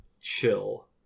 chill